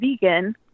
vegan